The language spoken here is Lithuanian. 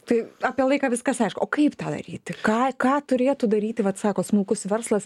tai apie laiką viskas aišku o kaip tą daryti ką ką turėtų daryti vat sako smulkus verslas